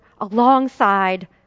alongside